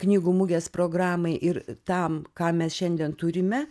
knygų mugės programai ir tam ką mes šiandien turime